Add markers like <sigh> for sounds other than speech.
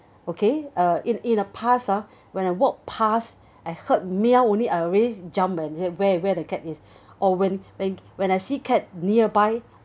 okay uh in a in the past ah when I walk past <breath> I heard a meow only I'll really jump eh and I say where where the cat is <breath> or when when I see cat nearby